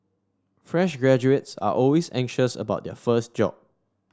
fresh graduates are always anxious about their first job